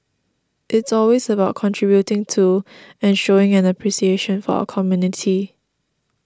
it's always about contributing to and showing an appreciation for our community